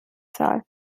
zahl